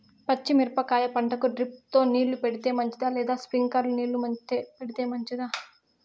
పచ్చి మిరపకాయ పంటకు డ్రిప్ తో నీళ్లు పెడితే మంచిదా లేదా స్ప్రింక్లర్లు తో నీళ్లు పెడితే మంచిదా?